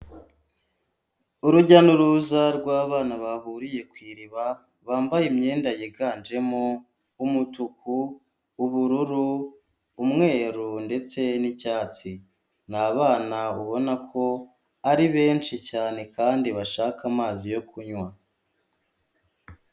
Urujya n'uruza rw'abana bahuriye kw’iriba, bambaye imyenda yiganjemo umutuku, ubururu, umweru ndetse n'icyatsi. N’abana ubona ko ari benshi cyane kandi bashaka amazi yo kunywa.